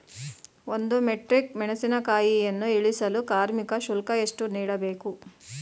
ಒಂದು ಮೆಟ್ರಿಕ್ ಮೆಣಸಿನಕಾಯಿಯನ್ನು ಇಳಿಸಲು ಕಾರ್ಮಿಕ ಶುಲ್ಕ ಎಷ್ಟು ನೀಡಬೇಕು?